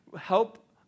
help